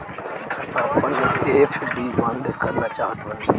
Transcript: हम आपन एफ.डी बंद करना चाहत बानी